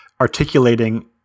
articulating